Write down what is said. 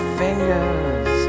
fingers